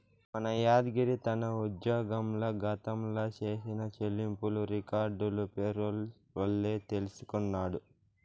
మన యాద్గిరి తన ఉజ్జోగంల గతంల చేసిన చెల్లింపులు రికార్డులు పేరోల్ వల్లే తెల్సికొన్నాడు